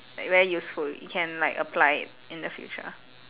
like very useful you can like apply it in the future